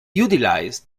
utilized